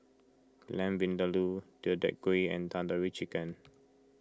Lamb Vindaloo Deodeok Gui and Tandoori Chicken